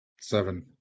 seven